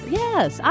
yes